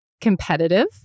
competitive